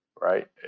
right